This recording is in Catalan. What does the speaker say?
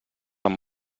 amb